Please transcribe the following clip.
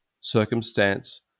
circumstance